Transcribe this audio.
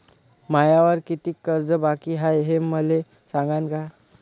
मायावर कितीक कर्ज बाकी हाय, हे मले सांगान का?